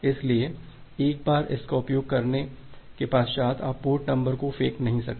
इसलिए एक बार आप इसका उपयोग करने के पश्चात आप पोर्ट नंबर को फेंक नहीं सकते